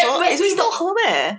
as in it's not her meh